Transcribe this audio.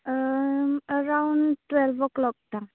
eleven twelve o'clock दां